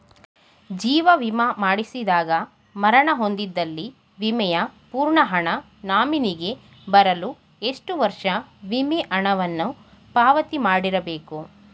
ಜೀವ ವಿಮಾ ಮಾಡಿಸಿದಾಗ ಮರಣ ಹೊಂದಿದ್ದಲ್ಲಿ ವಿಮೆಯ ಪೂರ್ಣ ಹಣ ನಾಮಿನಿಗೆ ಬರಲು ಎಷ್ಟು ವರ್ಷ ವಿಮೆ ಹಣವನ್ನು ಪಾವತಿ ಮಾಡಿರಬೇಕು?